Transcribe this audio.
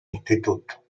instituto